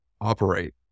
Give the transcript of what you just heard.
operate